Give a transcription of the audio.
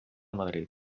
madrid